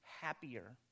happier